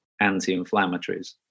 anti-inflammatories